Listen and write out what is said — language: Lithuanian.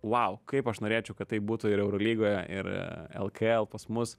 wow kaip aš norėčiau kad tai būtų ir eurolygoje ir lkl pas mus